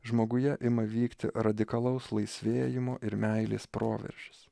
žmoguje ima vykti radikalaus laisvėjimo ir meilės proveržis